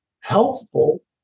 healthful